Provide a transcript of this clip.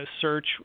search